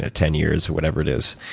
ah ten years, whatever it is,